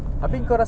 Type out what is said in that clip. ya